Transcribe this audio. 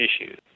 issues